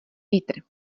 vítr